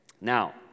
Now